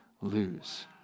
lose